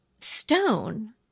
stone